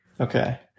Okay